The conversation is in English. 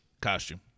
costume